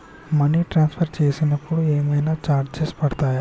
Money transfer చేసినప్పుడు ఏమైనా charges పడతయా?